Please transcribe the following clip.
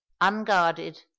unguarded